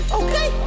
okay